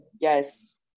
Yes